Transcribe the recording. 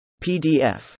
PDF